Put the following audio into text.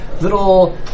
little